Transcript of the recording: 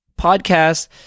podcast